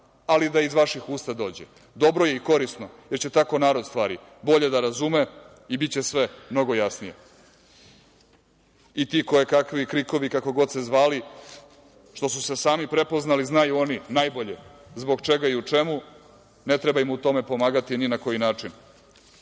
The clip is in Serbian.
ali da iz vaših usta dođe dobro je i korisno, jer će tako narod stvari bolje da razume i biće sve mnogo jasnije. I ti koje kakvi „krikovi“, kako god se zvali, što su se sami prepoznali, znaju oni najbolje zbog čega i u čemu, ne treba im u tome pomagati ni na koji način. Oni